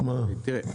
תראה,